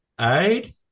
aid